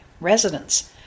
residents